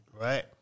right